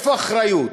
איפה האחריות?